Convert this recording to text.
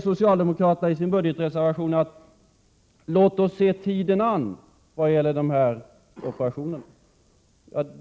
Socialdemokraterna säger i sin budgetreservation: Låt oss se tiden an vad gäller de här operationerna.